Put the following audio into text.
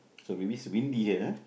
so maybe it's windy here ah